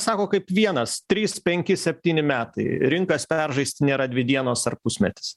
sako kaip vienas trys penki septyni metai rinkas peržaisti nėra dvi dienos ar pusmetis